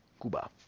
Cuba